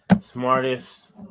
smartest